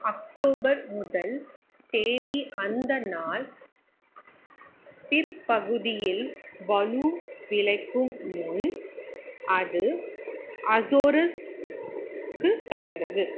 October முதல் தேதி அந்த நாள் பிற்பகுதியில் வலு விலக்கும் முன் அது அஸோரிஸ்க்கு கடந்தது